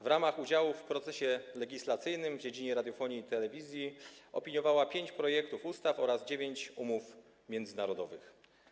W ramach udziału w procesie legislacyjnym w dziedzinie radiofonii i telewizji opiniowała pięć projektów ustaw oraz dziewięć umów międzynarodowych.